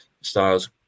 Styles